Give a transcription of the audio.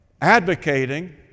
advocating